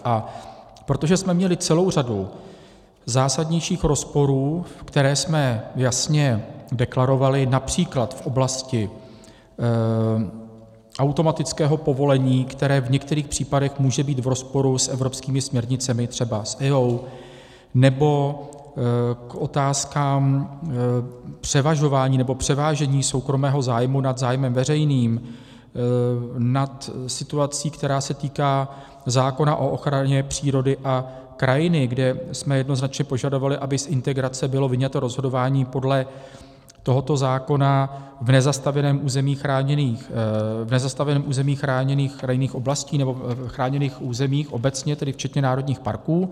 A protože jsme měli celou řadu zásadnějších rozporů, které jsme jasně deklarovali například v oblasti automatického povolení, které v některých případech může být v rozporu s evropskými směrnicemi, třeba s EIA, nebo k otázkám převažování nebo převážení soukromého zájmu nad zájmem veřejným, nad situací, která se týká zákona o ochraně přírody a krajiny, kde jsme jednoznačně požadovali, aby z integrace bylo vyňato rozhodování podle tohoto zákona v nezastavěném území chráněných krajinných oblastí, nebo chráněných území obecně včetně národních parků.